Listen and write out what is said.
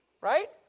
Right